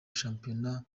shampiyona